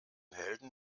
helden